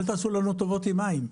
אל תעשו לנו טובות עם מים,